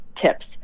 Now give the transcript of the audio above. tips